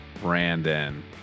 Brandon